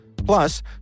Plus